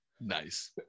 Nice